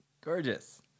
Gorgeous